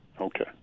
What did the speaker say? Okay